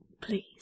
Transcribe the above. Please